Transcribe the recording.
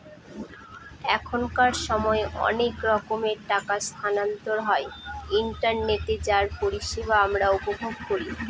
এখনকার সময় অনেক রকমের টাকা স্থানান্তর হয় ইন্টারনেটে যার পরিষেবা আমরা উপভোগ করি